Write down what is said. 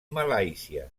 malàisia